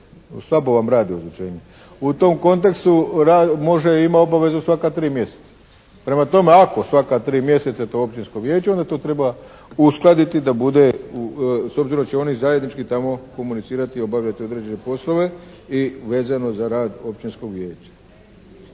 slabo vam radi ozvučenje, u tom kontekstu može, ima obavezu svaka 3 mjeseca. Prema tome ako svaka tri mjeseca to Općinsko vijeće onda to treba uskladiti da bude s obzirom da će oni zajednički tamo komunicirati i obavljati određene poslove i vezano za rad Općinskog vijeća.